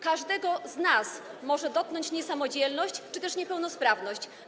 Każdego z nas może dotknąć niesamodzielność czy też niepełnosprawność.